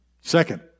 Second